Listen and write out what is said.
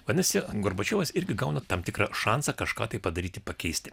vadinasi gorbačiovas irgi gauna tam tikrą šansą kažką tai padaryti pakeisti